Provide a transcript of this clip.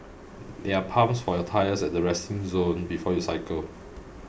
there are pumps for your tyres at the resting zone before you cycle